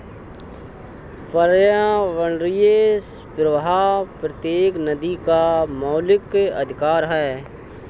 पर्यावरणीय प्रवाह प्रत्येक नदी का मौलिक अधिकार है